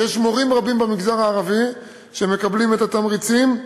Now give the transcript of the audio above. יש מורים רבים במגזר הערבי שמקבלים את התמריצים.